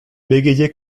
bégayait